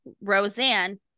roseanne